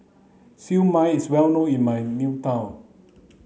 Siew Mai is well known in my